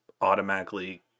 automatically